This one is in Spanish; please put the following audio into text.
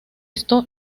esto